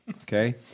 okay